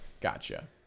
Gotcha